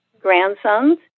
grandsons